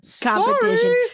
competition